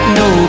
no